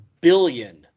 billion